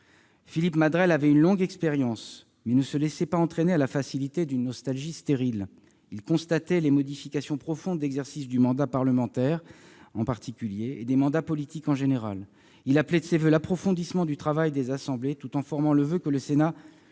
Philippe Madrelle avait une longue expérience, mais ne se laissait pas entraîner à la facilité d'une nostalgie stérile. Il constatait les modifications profondes d'exercice du mandat parlementaire, en particulier, et des mandats politiques, en général. Il appelait de ses voeux l'approfondissement du travail des assemblées, tout en souhaitant que le Sénat